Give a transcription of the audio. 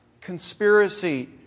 conspiracy